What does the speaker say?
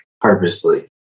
purposely